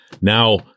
Now